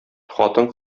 хатын